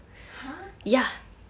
!huh!